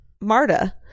Marta